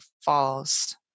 falls